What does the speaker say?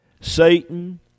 Satan